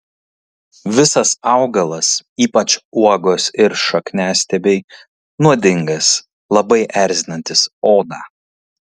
visas augalas ypač uogos ir šakniastiebiai nuodingas labai erzinantis odą